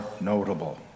notable